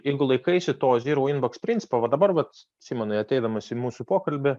jeigu laikaisi to zyrau inboks principo va dabar vat simonai ateidamas į mūsų pokalbį